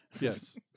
Yes